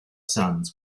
sons